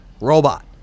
robot